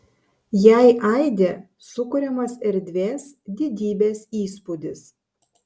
jei aidi sukuriamas erdvės didybės įspūdis